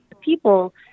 people